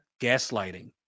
gaslighting